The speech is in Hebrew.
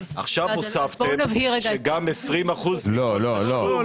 עכשיו הוספתם שגם 20% מכל תשלום --- בוא נבהיר.